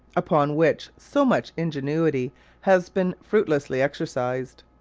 upon which so much ingenuity has been fruitlessly exercised.